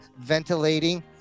ventilating